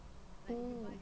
mm